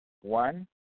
one